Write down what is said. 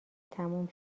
تموم